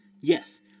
Yes